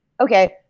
okay